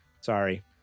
sorry